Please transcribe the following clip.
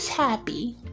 happy